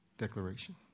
Declaration